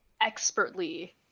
expertly